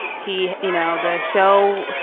he you know, the show.